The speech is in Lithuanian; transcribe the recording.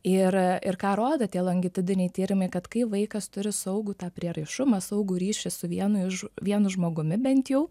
ir ir ką rodo tie langitudiniai tyrimai kad kai vaikas turi saugų tą prieraišumą saugų ryšį su vienu iš vienu žmogumi bent jau